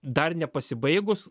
dar nepasibaigus